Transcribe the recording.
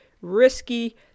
Risky